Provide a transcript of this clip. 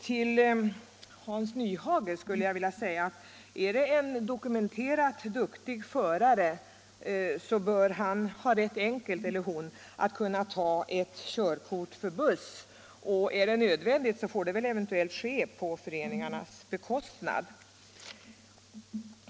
Till herr Nyhage vill jag säga att en dokumenterat duktig bilförare bör ganska lätt klara ett körkort för buss. Är det nödvändigt får det väl ske på föreningarnas bekostnad.